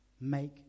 make